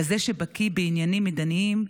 כזה שבקיא בעניינים המדיניים,